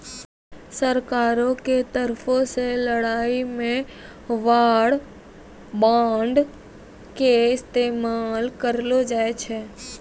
सरकारो के तरफो से लड़ाई मे वार बांड के इस्तेमाल करलो जाय छै